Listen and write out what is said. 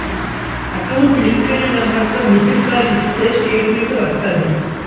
account link అయిన నెంబర్తో missed call ఇస్తే స్టేట్మెంటు వస్తాది